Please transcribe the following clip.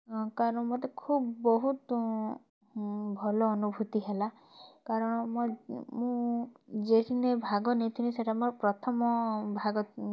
କାରଣ ମତେ ଖୁବ୍ ବୋହୁତ୍ ଭଲ ଅନୁଭୂତି ହେଲା କାରଣ ମୋ ମୁଁ ଯେଖେନେ ଭାଗ ନେଇଥିନି ସେଟା ମୋର ପ୍ରଥମ ଭାଗ ଥିଲା